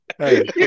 Hey